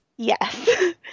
Yes